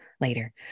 later